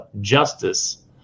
Justice